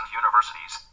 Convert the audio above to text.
universities